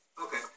Okay